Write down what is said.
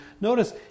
Notice